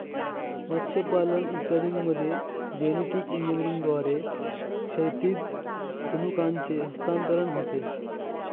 मत्स्यपालन इत्यादींमध्ये जेनेटिक इंजिनिअरिंगद्वारे क्षैतिज जनुकांचे हस्तांतरण होते